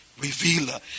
revealer